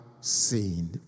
seen